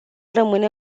rămâne